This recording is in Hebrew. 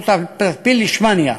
אותו טפיל לישמניה,